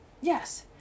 Yes